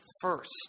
first